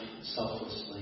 selflessly